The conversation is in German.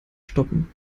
stoppen